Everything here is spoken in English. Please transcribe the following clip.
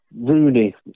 Rooney